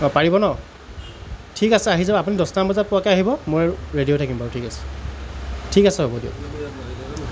পাৰিব ন ঠিক আছে আহি যাব আপুনি দছটামান বজাত পোৱাকৈ আহিব মই ৰেডি হৈ থাকিম বাৰু ঠিক আছে ঠিক আছে হ'ব দিয়ক